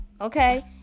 okay